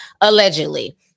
allegedly